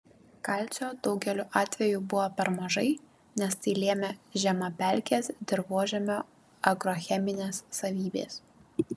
kalcio daugeliu atvejų buvo per mažai nes tai lėmė žemapelkės dirvožemio agrocheminės savybės